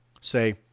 say